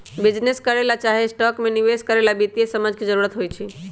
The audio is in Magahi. बिजीनेस करे ला चाहे स्टॉक में निवेश करे ला वित्तीय समझ के जरूरत होई छई